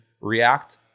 react